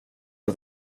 att